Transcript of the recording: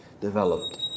developed